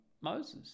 Moses